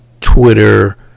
Twitter